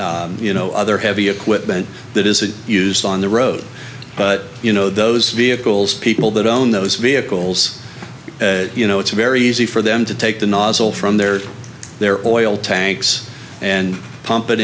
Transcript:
and you know other heavy equipment that is used on the road but you know those vehicles people that own those vehicles you know it's very easy for them to take the nozzle from their their oil tanks and pump